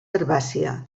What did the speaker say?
herbàcia